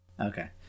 Okay